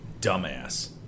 dumbass